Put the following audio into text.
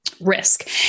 risk